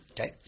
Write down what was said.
Okay